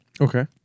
Okay